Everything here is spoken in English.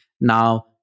Now